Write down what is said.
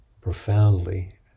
profoundly